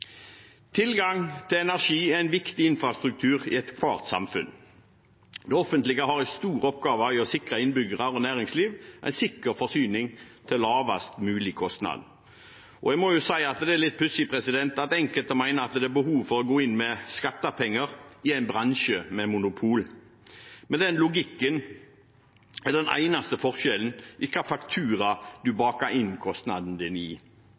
Tilgang til energi er en viktig infrastruktur i ethvert samfunn. Det offentlige har en stor oppgave i å sikre innbyggere og næringsliv en sikker forsyning til lavest mulig kostnad. Jeg må si at det er litt pussig at enkelte mener at det er behov for å gå inn med skattepenger i en bransje med monopol. Med den logikken er den eneste forskjellen hvilken faktura en baker kostnaden inn i.